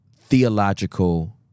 theological